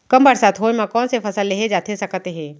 कम बरसात होए मा कौन से फसल लेहे जाथे सकत हे?